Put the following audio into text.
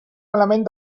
malament